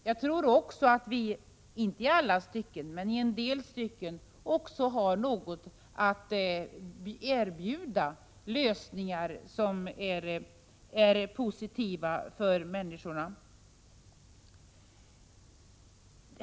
Jag tror också att vi, inte i alla men i en del stycken, kan erbjuda lösningar som är positiva för människorna.